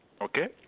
okay